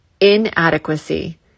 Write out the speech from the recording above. Inadequacy